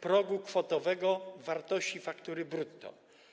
progu kwotowego wartości faktury brutto.